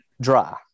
dry